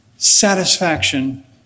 satisfaction